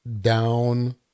down